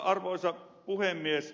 arvoisa puhemies